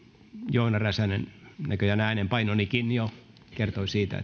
joona räsänen näköjään äänenpainonikin jo kertoi siitä